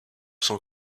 son